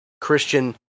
Christian